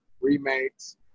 remakes